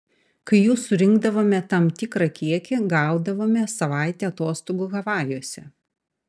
kai jų surinkdavome tam tikrą kiekį gaudavome savaitę atostogų havajuose